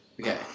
okay